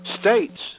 states